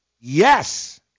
yes